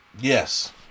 Yes